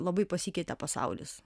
labai pasikeitė pasaulis